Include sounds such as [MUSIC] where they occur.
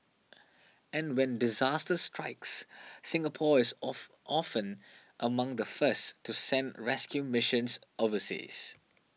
[NOISE] and when disaster strikes Singapore is [UNINTELLIGIBLE] often among the first to send rescue missions overseas